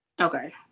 Okay